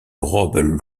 robe